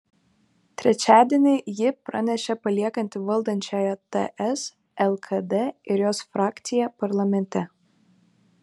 trečiadienį ji pranešė paliekanti valdančiąją ts lkd ir jos frakciją parlamente